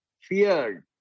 feared